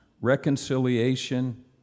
reconciliation